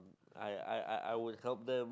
I I I I would help them